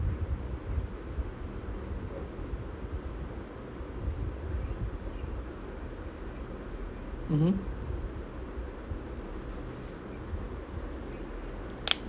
mmhmm